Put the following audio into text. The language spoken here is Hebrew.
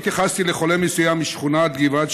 אני התייחסתי לחולה מסוים משכונת גבעת